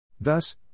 Thus